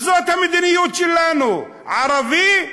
זאת המדיניות שלנו: ערבי,